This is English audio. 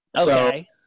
Okay